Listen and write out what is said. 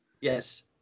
Yes